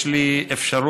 יש לי אפשרות